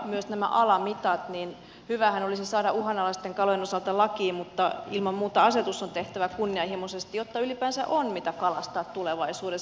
myös alamitat olisi hyvä saada uhanalaisten kalojen osalta lakiin mutta ilman muuta asetus on tehtävä kunnianhimoisesti jotta ylipäänsä on mitä kalastaa tulevaisuudessa